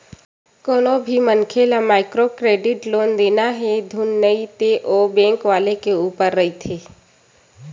कोनो भी मनखे ल माइक्रो क्रेडिट लोन देना हे धुन नइ ते ओ बेंक वाले ऊपर रहिथे